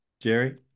Jerry